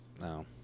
No